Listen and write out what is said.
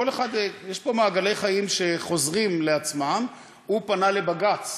יש פה מעגלי חיים שחוזרים לעצמם, הוא פנה לבג"ץ.